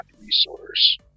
resource